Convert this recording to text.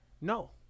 No